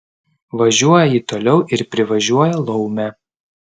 važiuoja ji toliau ir privažiuoja laumę